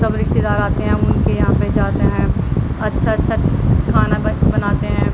سب رشتے دار آتے ہیں ہم ان کے یہاں پہ جاتے ہیں اچھا اچھا کھانا بنا بناتے ہیں